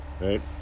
right